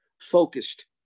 focused